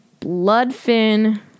Bloodfin